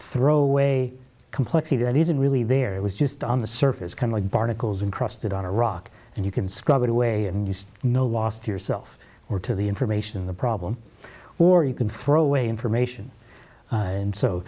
throw away complexity that isn't really there it was just on the surface kind of like barnacles incrusted on a rock and you can scrub it away and you know lost yourself or to the information in the problem or you can throw away information and so